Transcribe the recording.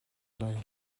lai